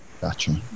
gotcha